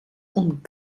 und